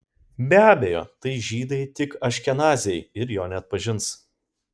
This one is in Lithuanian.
be abejo tai žydai tik aškenaziai ir jo neatpažins